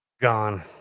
Gone